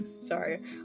Sorry